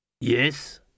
Yes